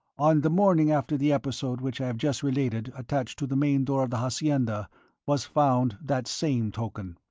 on the morning after the episode which i have just related attached to the main door of the hacienda was found that same token.